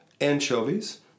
anchovies